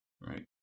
right